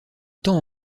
temps